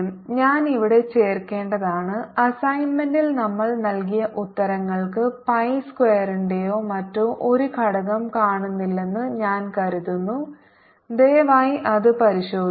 ഞാൻ ഇവിടെ ചേർക്കേണ്ടതാണ് അസൈൻമെന്റിൽ നമ്മൾ നൽകിയ ഉത്തരങ്ങൾക്ക് പൈ സ്ക്വയറിന്റെയോ മറ്റോ ഒരു ഘടകം കാണുന്നില്ലെന്ന് ഞാൻ കരുതുന്നു ദയവായി അത് പരിശോധിക്കുക